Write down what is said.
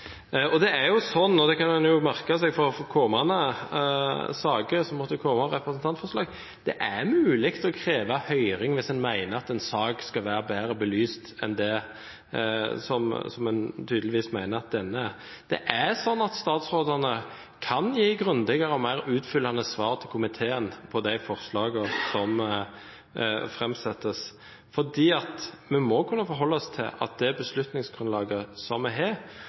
det er jo slik – og det kan en jo merke seg for kommende saker som måtte komme fra representantforslag – at det er mulig å kreve høring hvis en mener at en sak skal være bedre belyst enn det som en tydeligvis mener at denne er. Det er slik at statsrådene kan gi grundigere og mer utfyllende svar til komiteen om de forslagene som framsettes. For vi må kunne forholde oss til at det beslutningsgrunnlaget vi har,